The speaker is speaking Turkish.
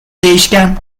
değişken